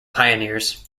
pioneers